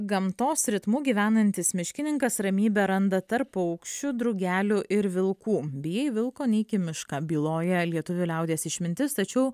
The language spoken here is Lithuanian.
gamtos ritmu gyvenantis miškininkas ramybę randa tarp paukščių drugelių ir vilkų bijai vilko neik į mišką byloja lietuvių liaudies išmintis tačiau